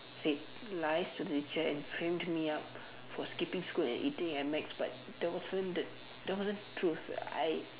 said lies to the teacher and framed me up for skipping school and eating at Mac's but that wasn't the that wasn't truth I